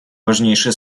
важнейшие